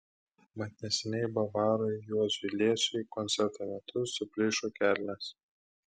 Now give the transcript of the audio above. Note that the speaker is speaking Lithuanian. mat neseniai bavarui juozui liesiui koncerto metu suplyšo kelnės